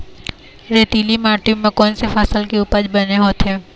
रेतीली माटी म कोन से फसल के उपज बने होथे?